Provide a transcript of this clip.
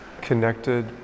connected